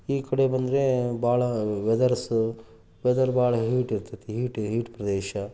ಈ ಕಡೆ ಬಂದರೆ ಭಾಳ ವೆದರ್ಸು ವೆದರ್ ಭಾಳ ಹೀಟ್ ಇರ್ತದೆ ಹೀಟು ಹೀಟ್ ಪ್ರದೇಶ